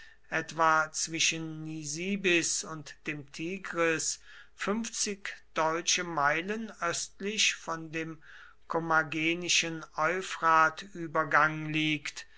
etwa zwischen nisibis und dem tigris deutsche meilen östlich von dem kommagenischen euphratübergang liegt